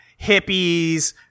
hippies